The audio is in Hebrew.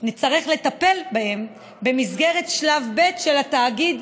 נצטרך לטפל בהן במסגרת שלב ב' של התאגיד,